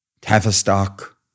Tavistock